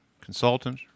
consultant